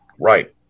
Right